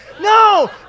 No